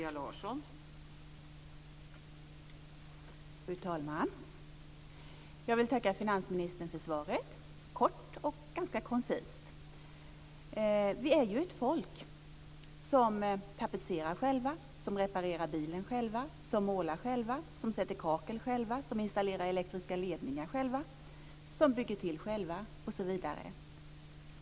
Fru talman! Jag vill tacka finansministern för svaret. Det var kort och ganska koncist. Vi är ett folk som tapetserar själva, som reparerar bilen själva, som målar själva, som sätter kakel själva, som installerar elektriska ledningar själva, som bygger till själva osv.